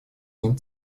ним